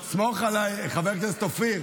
חבר הכנסת אופיר,